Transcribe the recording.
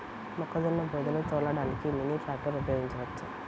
మొక్కజొన్న బోదెలు తోలడానికి మినీ ట్రాక్టర్ ఉపయోగించవచ్చా?